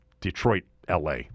Detroit-LA